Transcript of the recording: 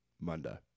Monday